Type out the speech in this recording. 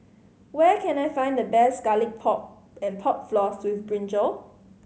where can I find the best Garlic Pork and Pork Floss with brinjal